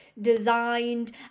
designed